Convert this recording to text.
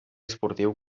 esportiu